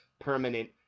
permanent